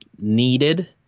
needed